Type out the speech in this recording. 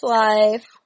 life